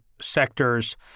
sectors